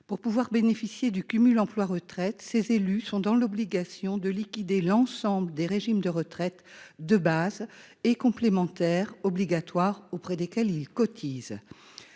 Pour bénéficier du cumul emploi-retraite, ces élus sont dans l'obligation de liquider l'ensemble des régimes de retraite de base et complémentaire obligatoires auprès desquels ils cotisent.